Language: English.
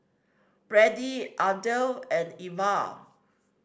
Brady Ardeth and Iva